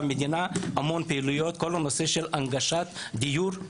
המון פעילויות לגביו הוא הנושא של הנגשת דיור.